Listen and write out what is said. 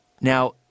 Now